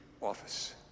office